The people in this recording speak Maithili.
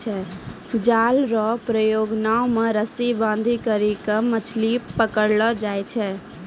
जाल रो प्रयोग नाव मे रस्सी बांधी करी के मछली पकड़लो जाय छै